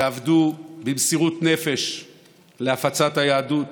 שעבדו במסירות נפש להפצת היהדות